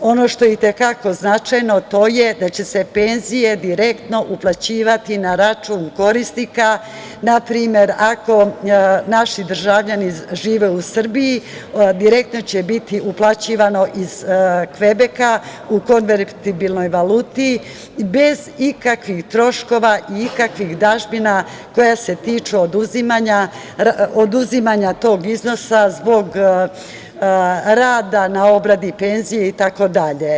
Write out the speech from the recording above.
Ono što je i te kako značajno to je da će se penzije direktno uplaćivati na račun korisnika na primer ako naši državljani žive u Srbiji direktno će biti uplaćivano iz Kvebeka u konvertibilnoj valuti bez ikakvih troškova i ikakvih dažbina koja se tiču oduzimanja tog iznosa zbog rada na obradi penzije, itd.